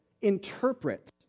interpret